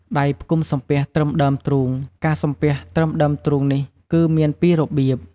ដៃផ្គុំសំពះត្រឹមដើមទ្រូង ការសំពះត្រឹមដើមទ្រូងនេះ គឺមានពីររបៀប។